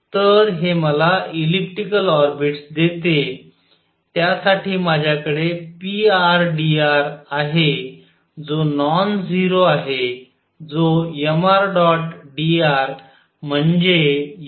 तर हे मला इलिप्टिकल ऑर्बिटस देते आणि त्यासाठी माझ्याकडे prdr आहे जो नॉन 0 आहे जो mr ̇dr म्हणजे nrhआहे